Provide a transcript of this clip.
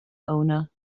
owner